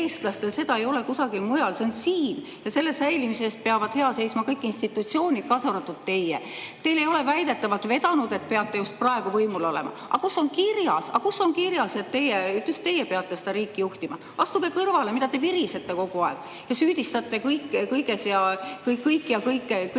seda kusagil mujal ei ole. See on siin ja selle säilimise eest peavad hea seisma kõik institutsioonid, kaasa arvatud teie. Teil ei ole väidetavalt vedanud, et peate just praegu võimul olema. Aga kus on kirjas, et just teie peate seda riiki juhtima? Astuge kõrvale! Mida te virisete kogu aeg ja süüdistate kõiges kõiki ja kõike,